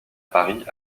paris